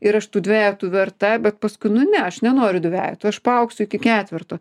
ir aš tų dvejetų verta bet paskui nu ne aš nenoriu dvejetų aš paaugsiu iki ketverto